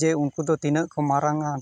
ᱡᱮ ᱩᱱᱠᱩᱫᱚ ᱛᱤᱱᱟᱹᱜ ᱠᱚ ᱢᱟᱨᱟᱝᱼᱟ